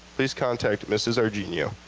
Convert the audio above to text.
please contact mrs. argenio.